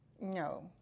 No